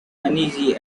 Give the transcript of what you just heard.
uneasy